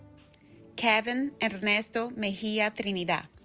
kevin and ernesto mejia trinidad